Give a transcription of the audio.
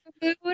food